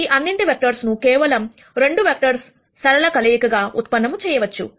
ఈ అన్నింటి వెక్టర్స్ ను కేవలము 2 వెక్టర్స్ తో సరళ కలయికగా ఉత్పన్నము చేయవచ్చు